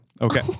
okay